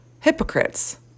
hypocrites